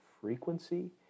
frequency